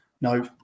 no